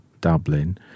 Dublin